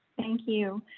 thank you.